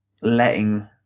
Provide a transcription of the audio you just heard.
letting